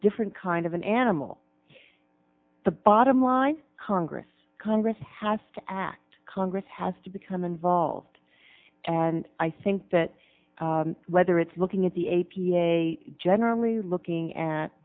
different kind of an animal the bottom line congress congress has to act congress has to become involved and i think that whether it's looking at the a p a generally looking at